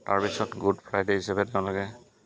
তাৰ পিছত Good Friday হিচাপে তেওঁলোকে